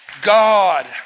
God